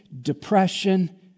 depression